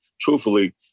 Truthfully